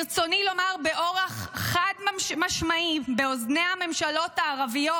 ברצוני לומר באורח חד-משמעי באוזני הממשלות הערביות"